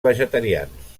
vegetarians